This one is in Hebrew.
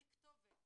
בוקר טוב,